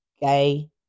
gay